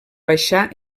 baixar